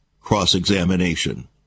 cross-examination